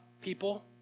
people